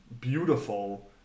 beautiful